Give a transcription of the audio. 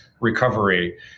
recovery